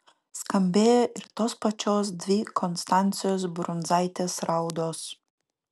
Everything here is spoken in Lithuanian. skambėjo ir tos pačios dvi konstancijos brundzaitės raudos